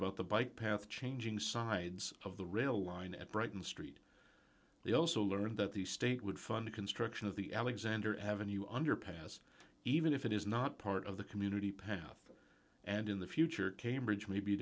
about the bike path changing sides of the rail line at brighton st they also learned that the state would fund the construction of the alexander avenue underpass even if it is not part of the community path and in the future cambridge may be